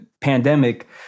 pandemic